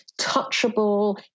touchable